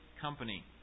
company